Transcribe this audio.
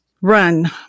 run